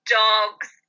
dogs